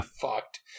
fucked